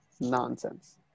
nonsense